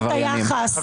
אתה.